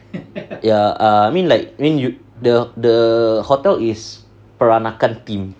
ya I mean like when you the the hotel is peranakan themed